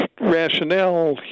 rationale